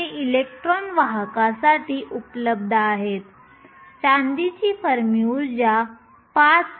हे इलेक्ट्रॉन वाहकासाठी उपलब्ध आहेत चांदीची फर्मी ऊर्जा 5